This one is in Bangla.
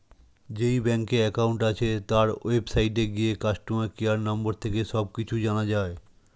যেই ব্যাংকে অ্যাকাউন্ট আছে, তার ওয়েবসাইটে গিয়ে কাস্টমার কেয়ার নম্বর থেকে সব কিছু জানা যায়